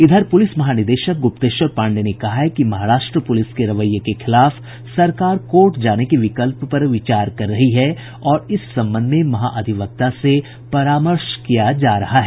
इधर पुलिस महानिदेशक गुप्तेश्वर पांडेय ने कहा है कि महाराष्ट्र पुलिस के रवैये के खिलाफ सरकार कोर्ट जाने के विकल्प पर विचार कर रही है और इस संबंध में महाधिवक्ता से परामर्श किया जा रहा है